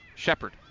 Shepard